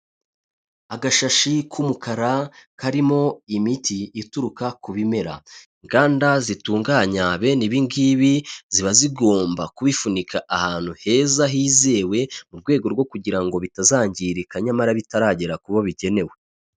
Agashashi k'umukara karimo imiti ituruka ku bimera, inganda zitunganya bene ibi ngibi ziba zigomba kubifunika ahantu heza hizewe, mu rwego rwo kugira ngo bitazangirika nyamara bitaragera ku bo bigenewe.